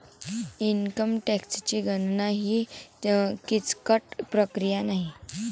income टॅक्सची गणना ही किचकट प्रक्रिया नाही